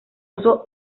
uso